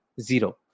Zero